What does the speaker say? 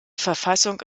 verfassung